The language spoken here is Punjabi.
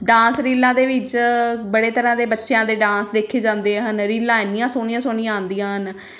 ਡਾਂਸ ਰੀਲਾਂ ਦੇ ਵਿੱਚ ਬੜੇ ਤਰ੍ਹਾਂ ਦੇ ਬੱਚਿਆਂ ਦੇ ਡਾਂਸ ਦੇਖੇ ਜਾਂਦੇ ਹਨ ਰੀਲਾਂ ਐਨੀਆਂ ਸੋਹਣੀਆਂ ਸੋਹਣੀਆਂ ਆਉਂਦੀਆਂ ਹਨ